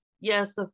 yes